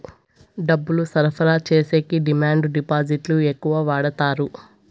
డబ్బులు సరఫరా చేసేకి డిమాండ్ డిపాజిట్లు ఎక్కువ వాడుతారు